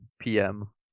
PM